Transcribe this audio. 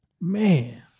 man